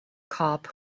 cop